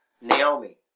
Naomi